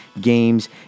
games